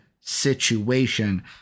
situation